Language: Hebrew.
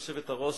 גברתי היושבת-ראש,